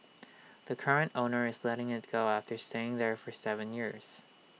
the current owner is letting IT go after staying there for Seven years